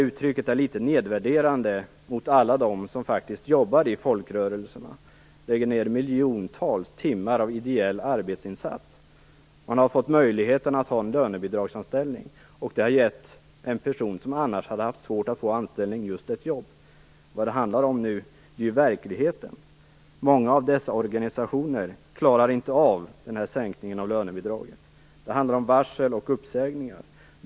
Uttrycket är litet nedvärderande mot alla som jobbar i folkrörelserna och lägger ned miljontals timmar ideellt arbete. Man har fått möjlighet att ha en lönebidragsanställning, vilket har gett en person som annars hade haft svårt att få anställning ett jobb. Nu handlar det om verkligheten. Många av dessa organisationer klarar inte av sänkningen av lönebidraget. Det handlar om varsel och uppsägningar.